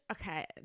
okay